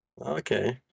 Okay